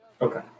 Okay